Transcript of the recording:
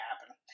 happen